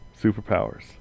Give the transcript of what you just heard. superpowers